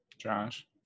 Josh